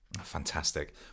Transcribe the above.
Fantastic